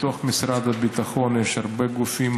בתוך משרד הביטחון יש הרבה גופים,